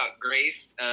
Grace